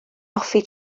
hoffi